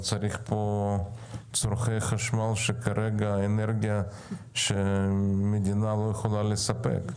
אתה צריך פה צורכי חשמל ואנרגיה שהמדינה כרגע לא יכולה לספק.